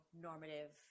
normative